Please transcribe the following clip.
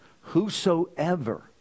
whosoever